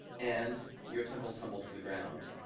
and your temple tumbles to the ground.